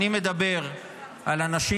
אני מדבר על אנשים,